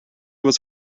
was